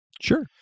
Sure